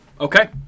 Okay